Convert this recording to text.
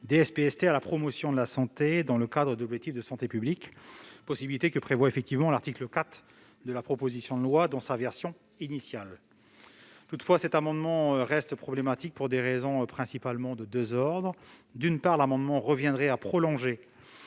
SPST à la promotion de la santé dans le cadre d'objectifs de santé publique, possibilité que prévoit effectivement l'article 4 de la proposition de loi dans sa version initiale. Toutefois, l'amendement reste problématique pour des raisons principalement de deux ordres. D'une part, son adoption allongerait